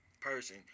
person